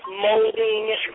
molding